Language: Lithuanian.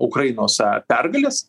ukrainos pergalės